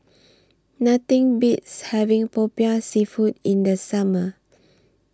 Nothing Beats having Popiah Seafood in The Summer